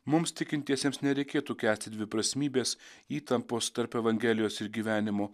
mums tikintiesiems nereikėtų kęsti dviprasmybės įtampos tarp evangelijos ir gyvenimo